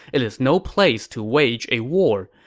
it is no place to wage a war.